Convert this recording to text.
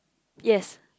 yes